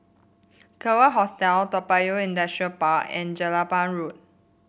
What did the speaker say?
Kawan Hostel Toa Payoh Industrial Park and Jelapang Road